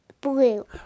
Blue